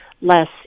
less